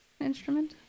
instrument